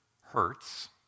hurts